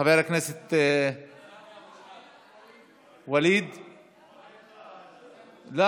חבר הכנסת ווליד טאהא,